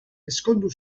ezkondu